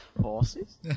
Horses